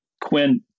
Quinn